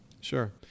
Sure